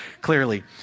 clearly